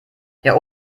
herr